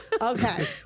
Okay